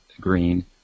green